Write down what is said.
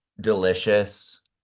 delicious